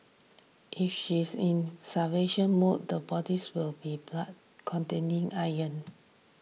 if she is in mode the body's will be blood contains iron